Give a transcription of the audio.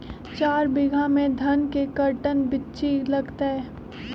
चार बीघा में धन के कर्टन बिच्ची लगतै?